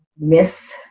miss